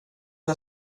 jag